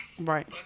Right